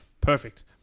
Perfect